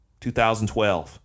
2012